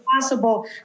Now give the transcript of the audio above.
possible